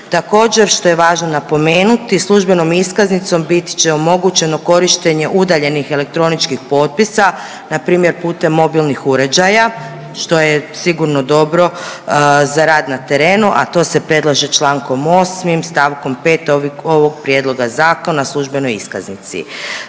Također, što je važno napomenuti, službenom iskaznicom bit će omogućeno korištenje udaljenih elektroničkih potpisa, npr. putem mobilnih uređaja, što je sigurno dobro za rad na terenu, a to se predlaže čl. 8 st. 5 ovog prijedloga Zakona o službenoj iskaznici.